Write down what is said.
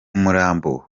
umurambo